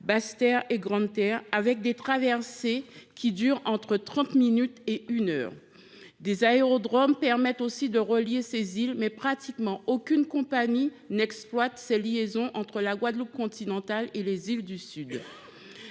Basse Terre et de Grande Terre, au moyen de traversées qui durent de trente minutes à une heure. Des aérodromes permettent aussi de relier ces îles, mais aucune compagnie ou presque n’exploite les liaisons entre la Guadeloupe « continentale » et les îles du Sud.